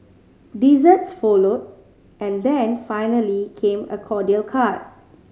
desserts followed and then finally came a cordial cart